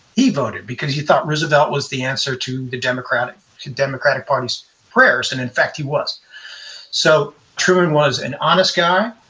he voted, because he thought roosevelt was the answer to the democratic democratic party's prayers, and in fact, he was so truman was an honest guy.